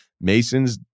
Masons